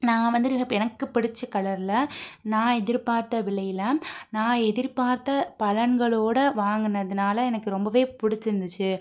நான் வந்துட்டு எனக்கு பிடித்த கலர்ல நான் எதிர்பார்த்த விலையில் நான் எதிர்பார்த்த பலன்களோட வாங்குனதனால எனக்கு ரொம்பவே பிடிச்சிருந்துச்சி